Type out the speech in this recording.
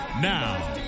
Now